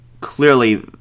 clearly